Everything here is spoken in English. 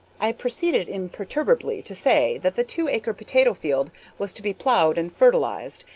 i proceeded imperturbably to say that the two-acre potato field was to be plowed and fertilized,